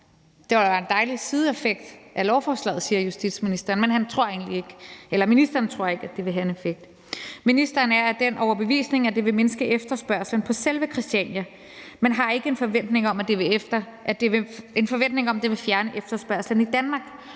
da være en dejlig sideeffekt af lovforslaget, siger justitsministeren, men ministeren tror ikke, at det vil have en effekt. Ministeren er af den overbevisning, at det vil mindske efterspørgslen på selve Christiania, men har ikke en forventning om, at det vil fjerne efterspørgslen i Danmark,